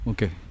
Okay